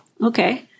Okay